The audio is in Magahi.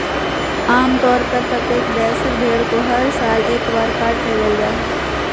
आम तौर पर प्रत्येक वयस्क भेड़ को हर साल एक बार काट लेबल जा हइ